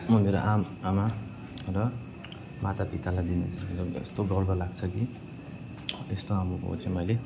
म मेरो आमा आमा र मातापितालाई दिने मेरो यस्तो गर्व लाग्छ कि यस्तो आमाबाउ चाहिँ मैले